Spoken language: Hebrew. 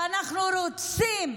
ואנחנו רוצים,